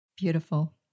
Beautiful